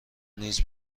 نیز